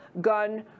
gun